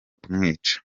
kumwica